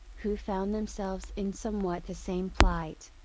who found themselves in somewhat the same plight.